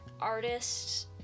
artists